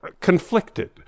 conflicted